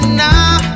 now